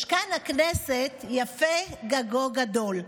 משכן הכנסת יפה, גגו גדול,